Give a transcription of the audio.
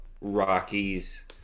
Rockies